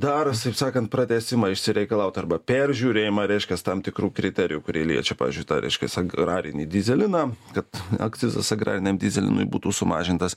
daros taip sakant pratęsimą išsireikalaut arba peržiūrėjimą reiškias tam tikrų kriterijų kurie liečia pavyzdžiui tą reiškias agrarinį dyzeliną kad akcizas agrariniam dyzelinui būtų sumažintas